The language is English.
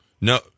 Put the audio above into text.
No